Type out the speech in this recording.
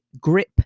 grip